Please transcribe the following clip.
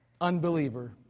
unbeliever